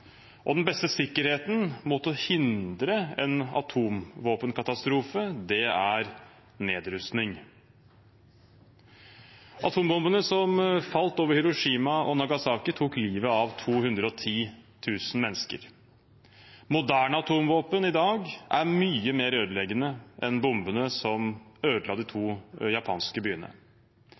og den beste sikkerheten for å hindre en atomvåpenkatastrofe er nedrustning. Atombombene som falt over Hiroshima og Nagasaki, tok livet av 210 000 mennesker. Moderne atomvåpen i dag er mye mer ødeleggende enn bombene som ødela de to japanske byene.